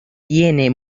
tiene